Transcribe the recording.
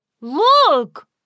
look